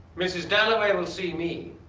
mrs. dalloway will see me.